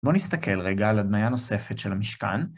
בואו נסתכל רגע על הדמיה נוספת של המשכן.